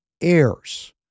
heirs